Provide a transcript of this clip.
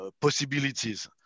possibilities